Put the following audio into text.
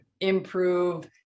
improve